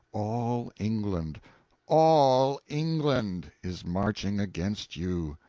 all england all england is marching against you!